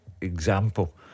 example